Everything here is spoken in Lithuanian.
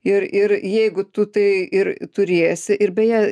ir ir jeigu tu tai ir turėsi ir beje